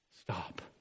stop